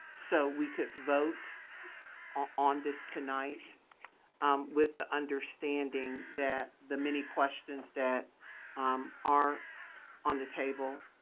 so we could vote on this tonight with the understanding that the many questions that are on the table,